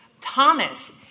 Thomas